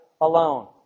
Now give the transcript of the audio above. alone